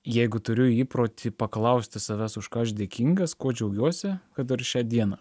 jeigu turiu įprotį paklausti savęs už ką aš dėkingas kuo džiaugiuosi kad ir šią dieną